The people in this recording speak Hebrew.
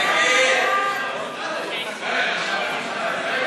תודה רבה.